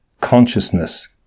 consciousness